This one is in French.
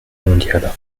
mondiale